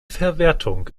verwertung